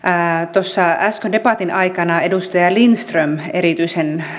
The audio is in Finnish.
tuossa äsken debatin aikana edustaja lindtman erityisen